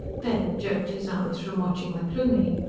baird jerked his eyes from watching the plumie.